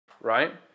right